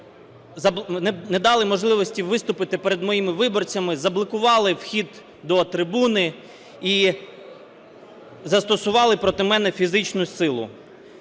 не дали можливості виступити перед моїми виборцями, заблокували хід до трибуни і застосували проти мене фізичну силу.